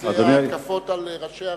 בנושא התקפות על ראשי ערים.